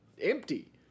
empty